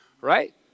right